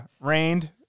rained